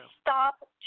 Stop